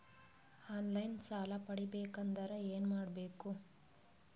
On line ಸಾಲ ಪಡಿಬೇಕಂದರ ಏನಮಾಡಬೇಕು?